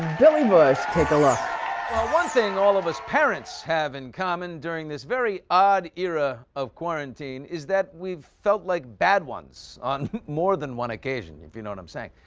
billy bush, take a look. well one thing all of us parents have in common during this very odd era of quarantine is that we've felt like bad ones on more than one occasion, if you know what i'm saying.